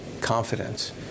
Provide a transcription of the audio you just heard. confidence